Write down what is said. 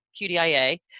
QDIA